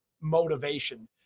motivation